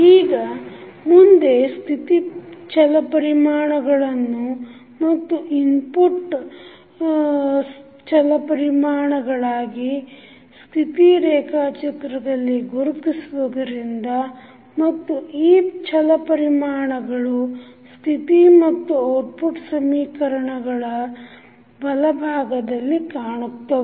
ಈಗ ಮುಂದೆ ಸ್ಥಿತಿ ಛಲಪರಿಮಾಣಗಳನ್ನು ಮತ್ತು ಇನ್ಪುಟ್ input ಇನ್ಪುಟ್ ಛಲಪರಿಮಾಣಗಳಾಗಿ ಸ್ಥಿತಿ ರೇಖಾಚಿತ್ರದಲ್ಲಿ ಗುರುತಿಸುವುದರಿಂದ ಮತ್ತು ಈ ಛಲಪರಿಮಾಣಗಳು variables ಸ್ಥಿತಿ ಮತ್ತು ಔಟ್ಪುಟ್ ಸಮೀಕರಣಗಳ output equation ಬಲಭಾಗದಲ್ಲಿ ಕಾಣುತ್ತವೆ